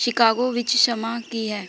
Chicago ਵਿੱਚ ਸਮਾਂ ਕੀ ਹੈ